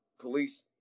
police